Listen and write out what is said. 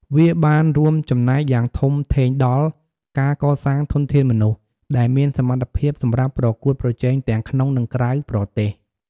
វាបានរួមចំណែកយ៉ាងធំធេងដល់ ការកសាងធនធានមនុស្ស ដែលមានសមត្ថភាពសម្រាប់ប្រកួតប្រជែងទាំងក្នុង និងក្រៅប្រទេស។